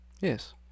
Yes